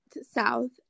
south